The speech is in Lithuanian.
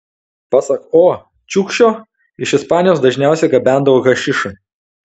pasak o čiukšio iš ispanijos dažniausiai gabendavo hašišą